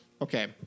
Okay